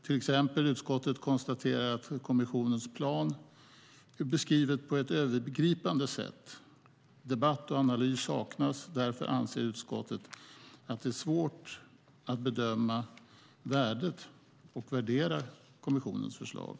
Till exempel konstaterar utskottet att kommissionens plan är beskriven på ett övergripande sätt. Debatt och analys saknas, och därför anser utskottet att det är svårt att bedöma värdet och värdera kommissionens förslag.